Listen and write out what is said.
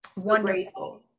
Wonderful